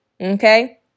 Okay